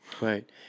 Right